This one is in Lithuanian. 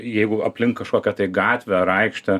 jeigu aplink kažkokią tai gatvę ar aikštę